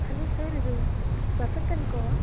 hello sir இது Vasanth and Goa